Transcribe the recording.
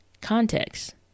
Context